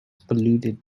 polluted